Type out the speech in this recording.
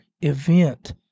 event